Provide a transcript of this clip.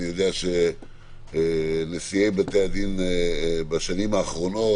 ואני יודע שנשיאי בתי הדין בשנים האחרונות,